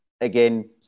again